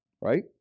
right